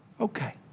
Okay